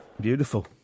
Beautiful